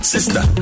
Sister